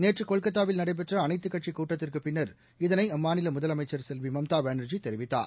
நேற்று கொல்கத்தாவில் நடைபெற்ற அனைத்துக் கட்சிக் கூட்டத்திற்குப் பின்னர் இதனை அம்மாநில முதலமைச்சர் செல்வி மம்தா பானர்ஜி தெரிவித்தார்